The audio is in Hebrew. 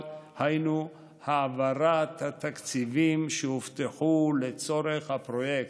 הוא העברת התקציבים שהובטחו לצורך הפרויקט,